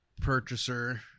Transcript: purchaser